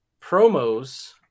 promos